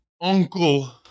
uncle